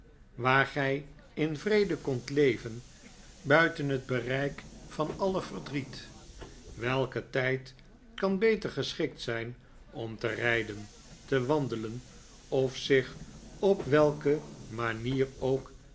waar gij in vrede kondt leven buiten het bereik van alle verdriet welke tijd kan beter geschikt zijn om te rijden te wandelen of zich op welke manier ook